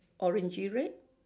orangey red